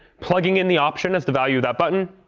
plugging in the option as the value that button,